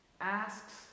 asks